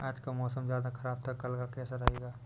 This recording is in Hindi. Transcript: आज का मौसम ज्यादा ख़राब था कल का कैसा रहेगा?